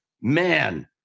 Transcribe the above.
man